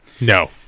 no